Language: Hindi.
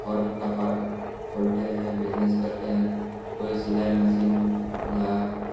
फार्म का पा खोलते हैं बिजनेस करते हैं कोई सिलाई मसीन या